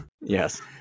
Yes